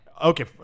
Okay